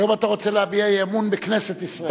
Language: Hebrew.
היום אתה רוצה להביע אי-אמון בכנסת ישראל.